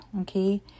okay